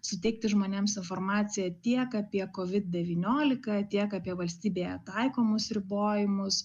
suteikti žmonėms informaciją tiek apie covid devyniolika tiek apie valstybėje taikomus ribojimus